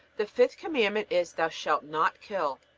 the fifth commandment is thou shalt not kill.